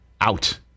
Out